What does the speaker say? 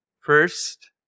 First